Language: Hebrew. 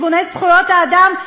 ארגוני זכויות האדם,